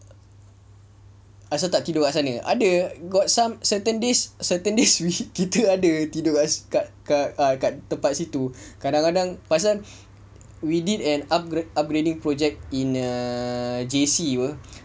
asal tak tidur dekat sana ada got some certain days certain days we kita ada tidur kat kat ah kat tempat situ kadang-kadang pasal we did an upgrad~ upgrading project in a J_C apa